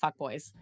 fuckboys